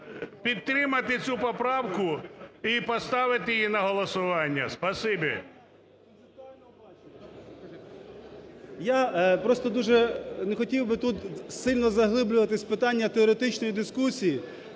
підтримати цю поправку і поставити її на голосування. Спасибі. 10:47:26 КНЯЗЕВИЧ Р.П. Я просто дуже не хотів би тут сильно заглиблюватися в питання теоретичної дискусії,